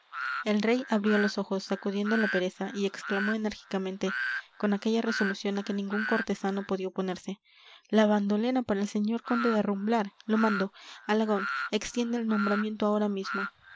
el rey abrió los ojos sacudiendo la pereza y exclamó enérgicamente con aquella resolución a que ningún cortesano podía oponerse la bandolera para el señor conde de rumblar lo mando alagón extiende el nombramiento ahora mismo